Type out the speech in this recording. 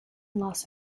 los